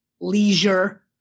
leisure